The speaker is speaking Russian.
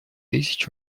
тысяч